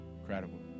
Incredible